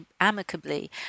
amicably